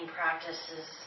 practices